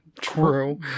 true